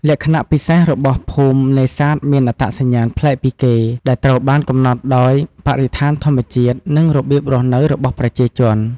លក្ខណៈពិសេសរបស់ភូមិនេសាទមានអត្តសញ្ញាណប្លែកពីគេ ដែលត្រូវបានកំណត់ដោយបរិស្ថានធម្មជាតិ និងរបៀបរស់នៅរបស់ប្រជាជន។